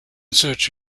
search